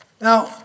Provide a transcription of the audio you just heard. Now